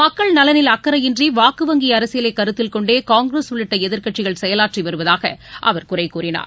மக்கள் நலனில் அக்கரையின்றி வாக்குவங்கி அரசியலை கருத்தில் கொண்டே காங்கிரஸ் உள்ளிட்ட எதிர்க்கட்சிகள் செயலாற்றி வருவதாக அவர் குறை கூறினார்